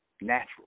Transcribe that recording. natural